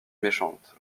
méchante